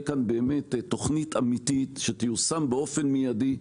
כאן באמת תוכנית אמיתית שתיושם באופן מידי,